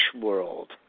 world